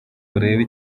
urebe